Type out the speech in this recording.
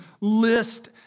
list